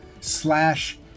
slash